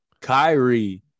Kyrie